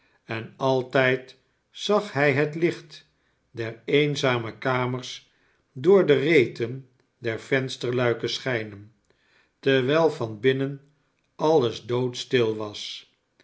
en altijd zag hij het licht der eenzame kamers door de reten der vensterluiken schijnen terwijl van binnen alles doodstil was